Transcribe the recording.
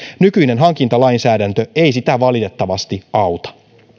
nykyinen hankintalainsäädäntö ei sitä valitettavasti auta